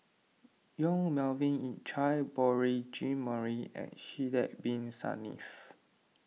Yong Melvin Yik Chye Beurel Jean Marie and Sidek Bin Saniff